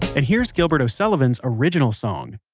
and here's gilbert o'sullivan's original song